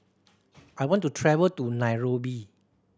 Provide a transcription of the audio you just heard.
I want to travel to Nairobi